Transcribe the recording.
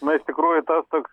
na iš tikrųjų tas toks